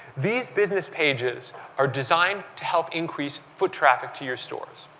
these business pages are designed to help increase foot traffic to your stores.